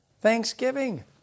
thanksgiving